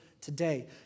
today